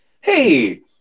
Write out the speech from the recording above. hey